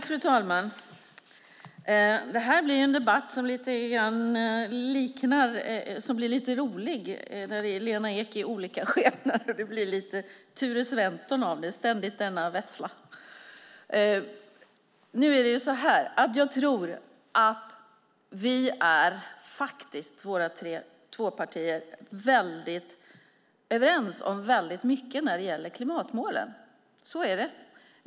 Fru talman! Det här blir en lite rolig debatt med Lena Ek i olika skepnader. Det blir lite Ture Sventon av det: Ständigt denna Vessla! Jag tror att våra två partier faktiskt är väldigt överens om väldigt mycket när det gäller klimatmålen.